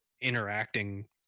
interacting